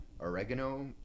oregano